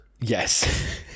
Yes